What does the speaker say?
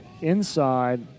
inside